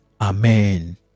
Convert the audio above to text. Amen